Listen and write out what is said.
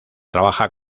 trabaja